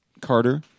Carter